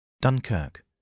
Dunkirk